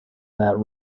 that